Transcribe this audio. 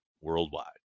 worldwide